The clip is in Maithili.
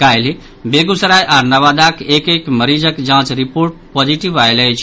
काल्हि बेगूसराय आओर नवादाक एक एक मरीजक जांच रिपोर्ट पॉजिटिव आयल अछि